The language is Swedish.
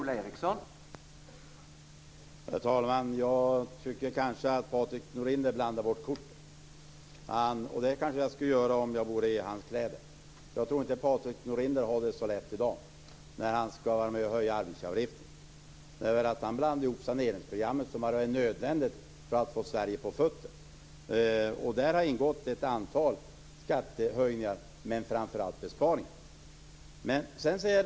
Herr talman! Jag tycker att Patrik Norinder blandar bort korten, och det kanske jag också skulle göra om jag vore i hans kläder. Jag tror inte att Patrik Norinder har det så lätt i dag, när han skall vara med och höja arbetsgivareavgifterna. Han blandar in saneringsprogrammet, som har varit nödvändigt för att få Sverige på fötter. I saneringsprogrammet har ingått ett antal skattehöjningar men framför allt besparingar.